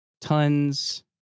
tons